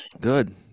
Good